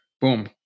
Boom